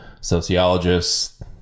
Sociologists